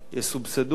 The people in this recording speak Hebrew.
סובסדו,